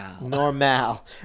Normal